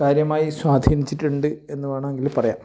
കാര്യമായി സ്വാധീനിച്ചിട്ടുണ്ട് എന്ന് വേണമെങ്കിൽ പറയാം